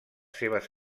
seves